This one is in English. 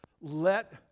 Let